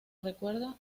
recuerda